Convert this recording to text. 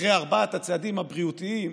אחרי ארבעת הצעדים הבריאותיים,